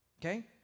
Okay